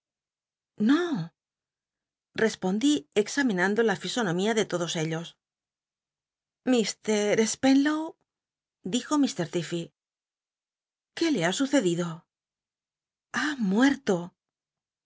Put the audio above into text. i'lo respondí examinando la fi onomía de todos ellos mt spenlow dijo il r l'ilfey qué le ha sucedido ha muej'o